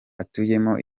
atuyemo